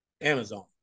Amazon